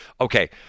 Okay